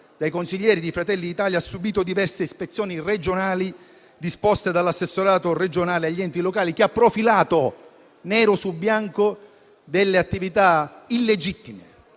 dai consiglieri di Fratelli d'Italia, ha subito diverse ispezioni regionali disposte dall'Assessorato regionale agli enti locali, che ha profilato, nero su bianco, delle attività illegittime